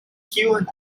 kiujn